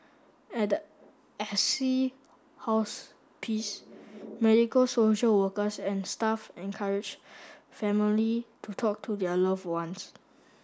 at the Assisi Hospice medical social workers and staff encourage family to talk to their loved ones